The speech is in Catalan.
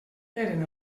eren